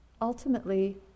ultimately